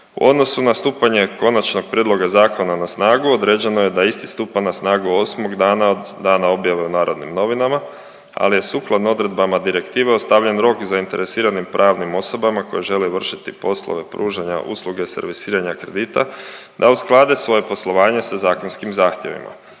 U odnosu na stupanje konačnog prijedloga zakona na snagu, određeno je da isti stupa na snagu 8. dana od dana objave u Narodnim novinama ali je sukladno odredbama direktive ostavljen rok zainteresiranim pravnim osobama koje žele vršiti poslove pružanja usluge servisiranja kredita da usklade svoje poslovanje sa zakonskim zahtjevima.